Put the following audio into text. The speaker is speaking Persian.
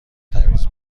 تمیز